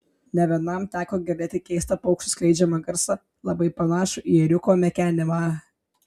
ne vienam teko girdėti keistą paukščių skleidžiamą garsą labai panašų į ėriuko mekenimą